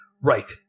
Right